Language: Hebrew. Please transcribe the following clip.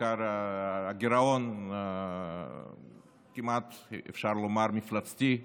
בעיקר הגירעון, הכמעט מפלצתי,